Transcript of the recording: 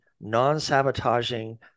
non-sabotaging